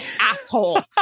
asshole